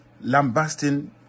lambasting